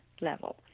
level